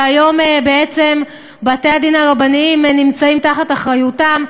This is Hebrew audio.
שהיום בעצם בתי-הדין הרבניים נמצאים תחת אחריותה,